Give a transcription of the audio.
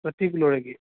पतिक लोळगे